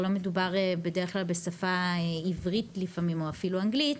לא מדובר בדרך כלל בשפה העברית או האנגלית,